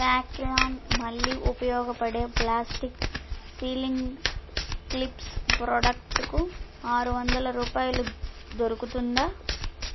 ఫ్యాక్లామ్ మళ్ళీ ఉపయోగపడే plastic sealing clips ప్రోడక్ట్కు ఆరువందల రూపాయలు దొరుకుతుందా